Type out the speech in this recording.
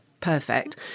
perfect